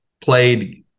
Played